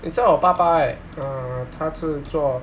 你知道我爸爸 right uh 他是做